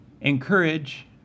encourage